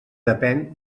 depén